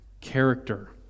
character